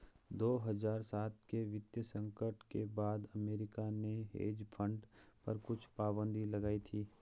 दो हज़ार सात के वित्तीय संकट के बाद अमेरिका ने हेज फंड पर कुछ पाबन्दी लगाई थी